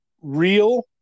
real